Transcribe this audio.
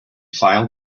file